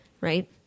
right